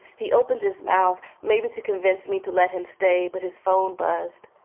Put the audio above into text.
he opens his mouth, maybe to convince me to let him stay, but his phone buzzed.